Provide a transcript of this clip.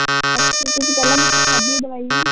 ਅੱਛਾ ਤੁਸੀਂ ਪਹਿਲਾਂ ਕਿੱਥੋਂ ਖਾਧੀ ਹੈ ਦਵਾਈ